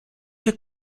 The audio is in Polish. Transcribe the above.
się